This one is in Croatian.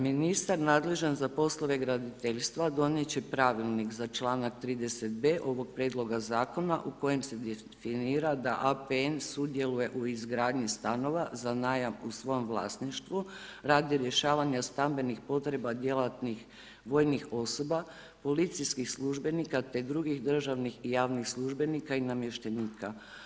Ministar nadležan za poslove graditeljstva donijet će pravilnik za članak 30.b ovog prijedloga zakona u kojem se definira da APN sudjeluje u izgradnji stanova za najam u svom vlasništvu radi rješavanja stambenih potreba djelatnih vojnih osoba, policijskih službenika te drugih državnih i javnih službenika i namještenika.